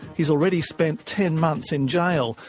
he's already spent ten months in jail,